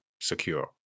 secure